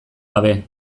gabe